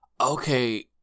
Okay